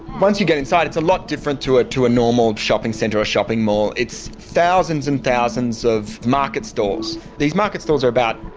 once you get inside it's a lot different to ah to a normal shopping center or shopping mall. it's thousands and thousands of market stalls. these market stalls are about,